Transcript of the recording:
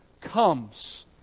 comes